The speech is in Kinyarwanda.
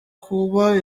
kuba